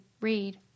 read